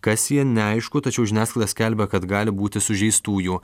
kas ji neaišku tačiau žiniasklaida skelbia kad gali būti sužeistųjų